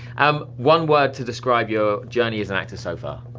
um one word to describe your journey as an actor so far?